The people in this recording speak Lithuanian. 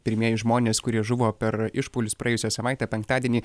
pirmieji žmonės kurie žuvo per išpuolius praėjusią savaitę penktadienį